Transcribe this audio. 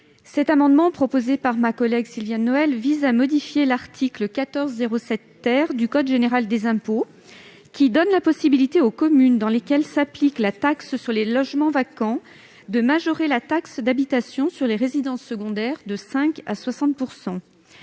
Cet amendement, proposé par ma collègue Sylviane Noël, vise à modifier l'article 1407 du code général des impôts, qui donne la possibilité aux communes dans lesquelles s'applique la taxe sur les logements vacants de majorer la taxe d'habitation sur les résidences secondaires de 5 % à 60